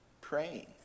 praying